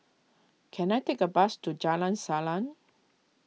can I take a bus to Jalan Salang